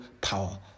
power